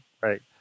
right